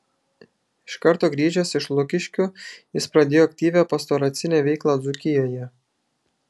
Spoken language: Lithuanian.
iš karto grįžęs iš lukiškių jis pradėjo aktyvią pastoracinę veiklą dzūkijoje